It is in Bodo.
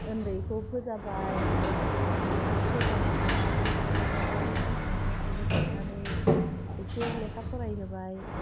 उन्दैखौ फोजाबाय उन्दैखौ फोजानानै मोखां सुहोबाय मोखां सुहो खांनानै एसे लेखा फरायहोबाय